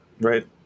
Right